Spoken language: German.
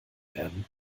werden